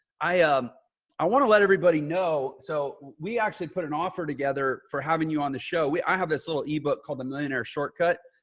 i um i want to let everybody know. so we actually put an offer together for having you on the show. i have this little ebook called the millionaire shortcut.